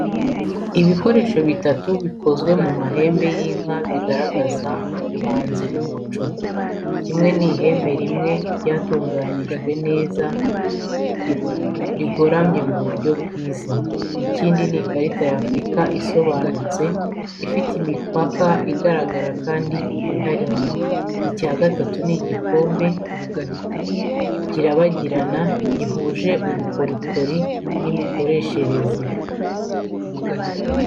Ibikoresho bitatu bikozwe mu mahembe y’inka bigaragaza ubuhanzi n’umuco. Kimwe ni ihembe rimwe ryatunganyijwe neza, rigoramye mu buryo bwiza. Ikindi ni ikarita y’Afurika isobanutse, ifite imipaka igaragara kandi yihariye. Icya gatatu ni igikombe, kirabagirana, gihuje ubukorikori n’imikoreshereze.